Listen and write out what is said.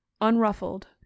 unruffled